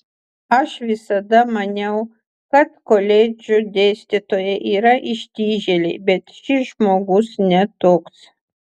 aš visada maniau kad koledžų dėstytojai yra ištižėliai bet šis žmogus ne toks